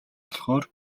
болохоор